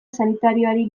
sanitarioari